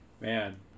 Man